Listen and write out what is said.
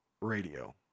radio